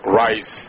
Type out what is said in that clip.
rice